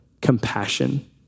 compassion